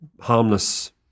harmless